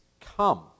come